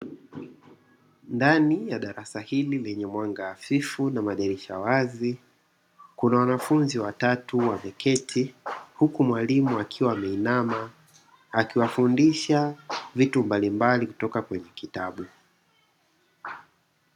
Ndani ya darasa hili lenye mwanga hafifu na madirisha wazi, kuna wana wanafunzi watatu wameketi huku mwalimu akiwa ameinama akiwafundisha vitu mbalimbali kutoka kwenye kitabu.